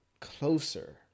closer